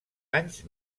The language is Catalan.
anys